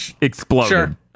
exploded